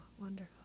Wonderful